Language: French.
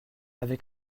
avec